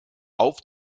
auf